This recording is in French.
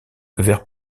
vers